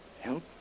Help